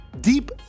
deep